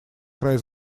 край